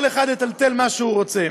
כל אחד יטלטל מה שהוא רוצה.